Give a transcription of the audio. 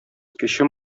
кече